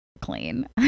clean